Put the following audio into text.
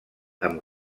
amb